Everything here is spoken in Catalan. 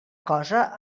cosa